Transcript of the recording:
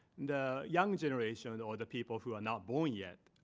the young generation, and or the people who are not born yet,